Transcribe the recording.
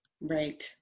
right